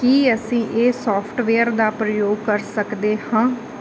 ਕੀ ਅਸੀਂ ਇਹ ਸੋਫਟਵੇਅਰ ਦਾ ਪ੍ਰਯੋਗ ਕਰ ਸਕਦੇ ਹਾਂ